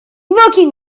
working